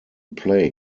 play